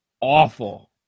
awful